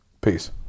Peace